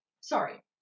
sorry